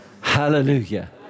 Hallelujah